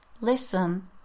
listen